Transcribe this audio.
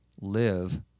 live